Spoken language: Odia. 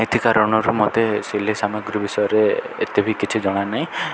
ଏଥି କାରଣରୁ ମୋତେ ସିଲେଇ ସାମଗ୍ରୀ ବିଷୟରେ ଏତେ ବି କିଛି ଜଣା ନାହିଁ